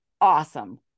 awesome